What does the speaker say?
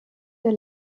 der